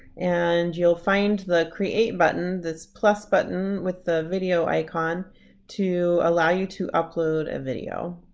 and you'll find the create button this plus button with the video icon to allow you to upload a video.